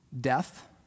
Death